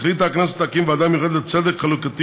החליטה הכנסת להקים ועדה מיוחדת לצדק חלוקתי